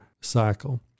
cycle